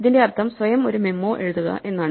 ഇതിന്റെ അർത്ഥം സ്വയം ഒരു മെമ്മോ എഴുതുക എന്നാണ്